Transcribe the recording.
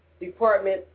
department